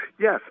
Yes